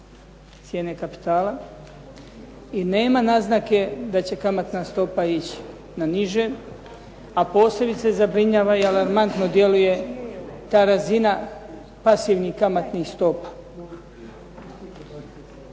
cijene kapitala i nema naznake da će kamatna stopa ići na niže a posebice zabrinjava i alarmantno djeluje ta razina pasivnih kamatnih stopa.